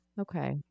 okay